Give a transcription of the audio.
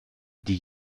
die